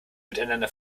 miteinander